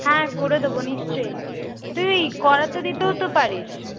হ্যাঁ করে দোবো নিশ্চয় তুই করাতে দিতেও তো পারিস